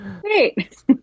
Great